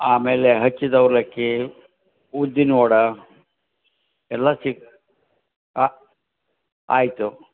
ಆಮೇಲೆ ಹಚ್ಚಿದ್ದು ಅವಲಕ್ಕಿ ಉದ್ದಿನ ವಡ ಎಲ್ಲ ಸಿ ಹಾಂ ಆಯಿತು